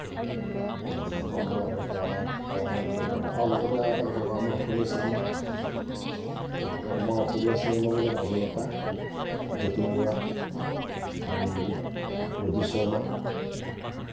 নতুনসোপাৰ মই আগৰ পুৰণা পুৰণা এক্টৰবোৰ ভাল পাওঁ আৰু লগতে আৰু এটা কথা কওঁ আমাৰ অসমীয়া চিনেমাৰ আমাৰ অসমীয়া চিনেমাৰ মানে অভিনেতা যতীন বৰা আৰু এ ৰবি শৰ্মা